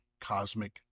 cosmic